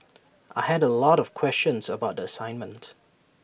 I had A lot of questions about the assignment